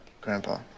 Grandpa